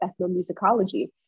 ethnomusicology